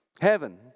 heaven